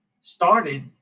started